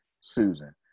susan